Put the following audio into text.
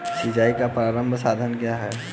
सिंचाई का प्रारंभिक साधन क्या है?